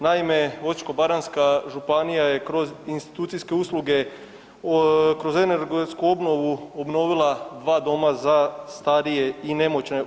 Naime, Osječko-baranjska županija je kroz institucijske usluge, kroz energetsku obnovu obnovila dva doma za starije i nemoćne.